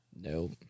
Nope